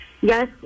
Yes